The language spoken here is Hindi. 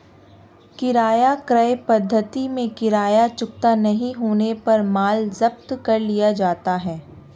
किराया क्रय पद्धति में किराया चुकता नहीं होने पर माल जब्त कर लिया जाता है